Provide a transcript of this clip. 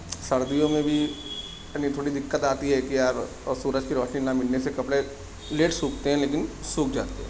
سردیوں میں بھی یعنی تھوڑی دقت آتی ہے کہ یار اور سورج کی روشنی نہ ملنے سے وجہ کپڑے لیٹ سوکھتے ہیں لیکن سوکھ جاتے ہیں